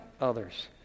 others